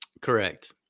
Correct